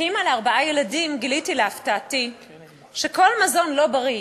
כאימא לארבעה ילדים גיליתי להפתעתי שכל מזון לא בריא,